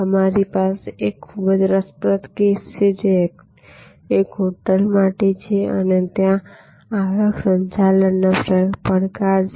અમારી પાસે એક ખૂબ જ રસપ્રદ કેસ છે જે એક હોટેલ માટે છે અને ત્યાં આવક સંચાલકનો પડકાર છે